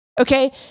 okay